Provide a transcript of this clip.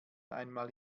einmal